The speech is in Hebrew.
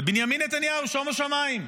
לבנימין נתניהו, שומו שמיים.